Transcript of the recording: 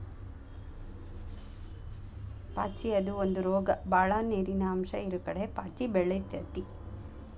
ಪಾಚಿ ಅದು ಒಂದ ರೋಗ ಬಾಳ ನೇರಿನ ಅಂಶ ಇರುಕಡೆ ಪಾಚಿ ಬೆಳಿತೆತಿ